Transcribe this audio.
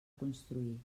construir